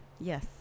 Yes